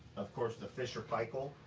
of course, the fisher paykel,